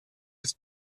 ist